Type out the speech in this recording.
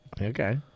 Okay